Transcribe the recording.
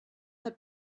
had